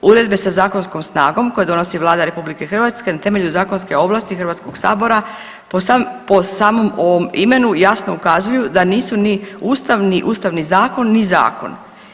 Uredbe sa zakonskom snagom koje donosi Vlada RH na temelju zakonske ovlasti Hrvatskog sabora po samom ovom imenu jasno ukazuju da nisu ni Ustav, ni Ustavni zakon, ni zakon.